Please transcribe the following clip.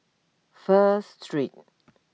First Street